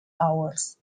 hours